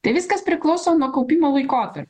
tai viskas priklauso nuo kaupimo laikotar